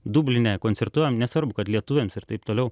dubline koncertuojam nesvarbu kad lietuviams ir taip toliau